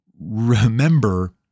remember